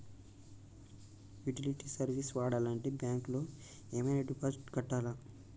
Utility service వాడాలంటే bank లో ఏమైనా డిపాజిట్ కట్టాలా?